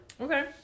Okay